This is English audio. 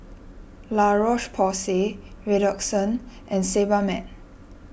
La Roche Porsay Redoxon and Sebamed